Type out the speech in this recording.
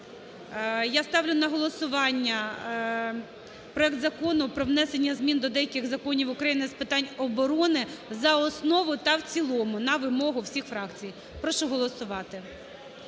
Я ставлю на голосування проект Закону про внесення змін до деяких законів України з питань оборони за основу та в цілому на вимогу всіх фракцій. Прошу голосувати.